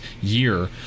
year